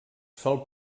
sol